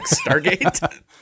Stargate